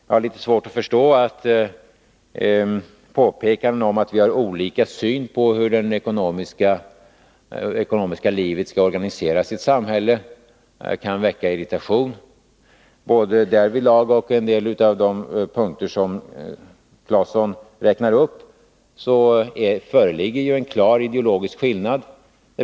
Jag har litet svårt att förstå att påpekanden om att vi har olika syn på hur det ekonomiska livet skall organiseras i ett samhälle kan väcka irritation. Både därvidlag och när det gäller en del av de punkter som Tore Claeson räknade upp föreligger ju en klar ideologisk skillnad.